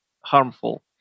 harmful